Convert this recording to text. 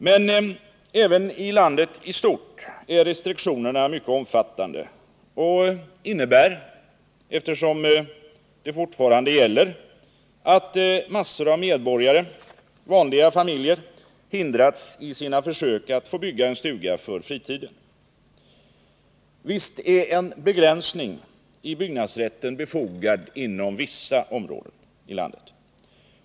Men även i landet i stort är restriktionerna mycket omfattande och innebär— eftersom de fortfarande gäller — att massor av medborgare, vanliga familjer, har hindrats i sina försök att få bygga en stuga för fritiden. Visst är en begränsning i byggnadsrätten befogad inom vissa områden i landet.